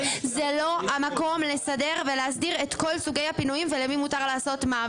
זה לא המקום לסדר ולהסדיר את כל סוגי הפינויים ולמי מותר לעשות מה,